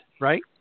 Right